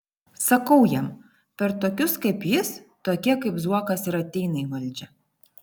sakau jam per tokius kaip jis tokie kaip zuokas ir ateina į valdžią